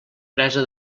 presa